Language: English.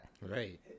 Right